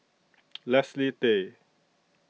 Leslie Tay